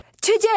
Today